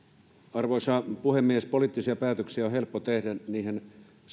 arvoisa puhemies poliittisia päätöksiä on helppo tehdä niinhän